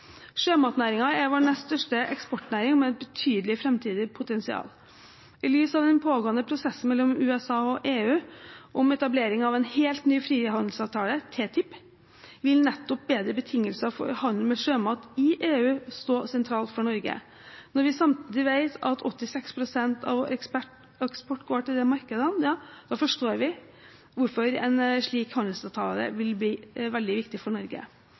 er vår nest største eksportnæring, med et betydelig framtidig potensial. I lys av den pågående prosessen mellom USA og EU om etablering av en helt ny frihandelsavtale, TTIP, vil nettopp bedre betingelser for handel med sjømat i EU stå sentralt for Norge. Når vi samtidig vet at 86 pst. av eksporten går til de markedene, forstår vi hvorfor en slik handelsavtale vil være veldig viktig for Norge.